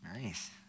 Nice